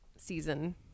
season